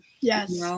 Yes